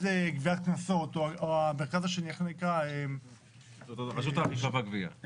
לגביית קנסות או עם רשות האכיפה והגבייה,